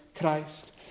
Christ